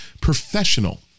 professional